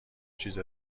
چیز